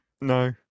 No